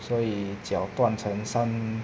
所以脚断成三